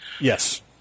Yes